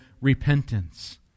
repentance